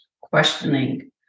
questioning